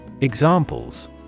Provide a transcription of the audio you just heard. Examples